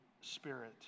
spirit